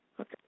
Okay